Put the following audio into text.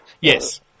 Yes